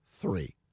three